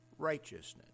righteousness